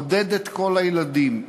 עודד את כל הילדים,